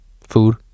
food